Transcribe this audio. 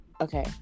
Okay